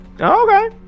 Okay